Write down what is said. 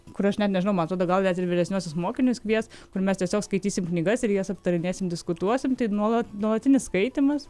kur aš net nežinau man atrodo gal net ir vyresniuosius mokinius kvies kur mes tiesiog skaitysim knygas ir jas aptarinėsim diskutuosim nuolat nuolatinis skaitymas